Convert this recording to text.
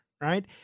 right